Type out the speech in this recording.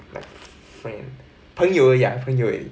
like 朋朋友而已 ah 朋友而已